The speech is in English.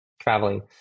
traveling